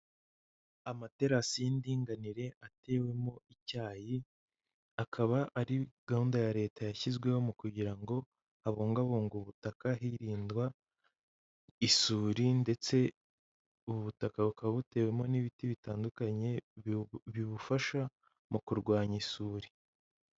Amaterasi y'indinganire atewemo icyayi, akaba ari gahunda ya Leta yashyizweho kugira ngo habungabungwe ubutaka hirindwa isuri ndetse ubu butaka bukaba butewemo n'ibiti bitandukanye bibufasha mu kurwanya isuri.